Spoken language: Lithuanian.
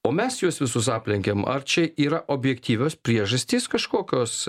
o mes juos visus aplenkiam ar čia yra objektyvios priežastys kažkokios